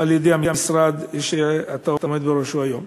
על-ידי המשרד שאתה עומד בראשו היום.